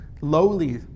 lowly